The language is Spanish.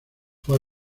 fue